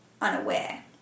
unaware